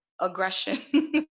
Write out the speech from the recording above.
aggression